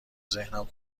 ذهنم